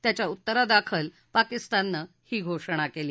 त्याच्या उत्तरादाखल पाकिस्ताननं ही घोषणा केली